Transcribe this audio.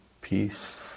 peace